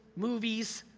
movies,